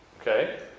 Okay